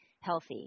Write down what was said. healthy